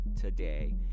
today